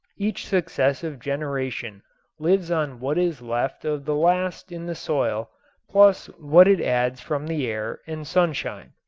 each successive generation lives on what is left of the last in the soil plus what it adds from the air and sunshine.